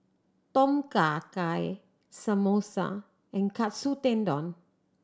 Tom Kha Gai Samosa and Katsu Tendon